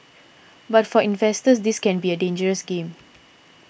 but for investors this can be a dangerous game